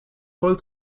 voll